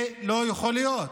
זה לא יכול להיות.